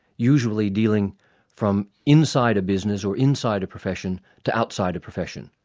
usually dealing from inside a business or inside a profession, to outside a profession,